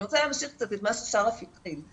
אני רוצה להמשיך קצת את מה ששרף התחיל.